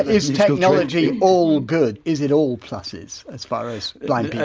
is technology all good, is it all pluses as far as blind